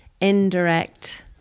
indirect